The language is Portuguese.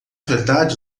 verdade